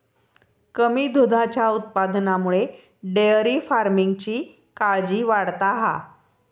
कमी दुधाच्या उत्पादनामुळे डेअरी फार्मिंगची काळजी वाढता हा